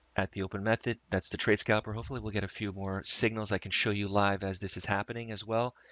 at the open method, that's the trade scalper. hopefully we'll get a few more signals. i can show you live as this is happening as well,